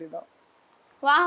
Wow